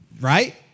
Right